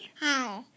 Hi